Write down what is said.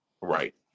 Right